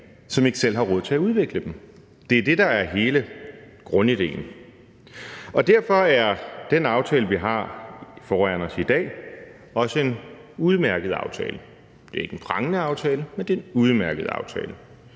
som ikke selv har råd til at udvikle dem. Det er det, der er hele grundidéen. Derfor er den aftale, vi har foran os i dag, også en udmærket aftale. Det er ikke en prangende aftale, men det er en udmærket aftale.